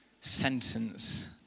sentence